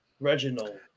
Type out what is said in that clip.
Reginald